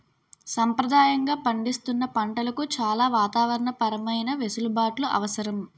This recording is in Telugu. సంప్రదాయంగా పండిస్తున్న పంటలకు చాలా వాతావరణ పరమైన వెసులుబాట్లు అవసరం